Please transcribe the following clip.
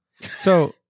So-